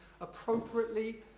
appropriately